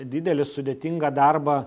didelį sudėtingą darbą